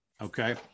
okay